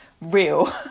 real